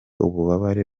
ububabare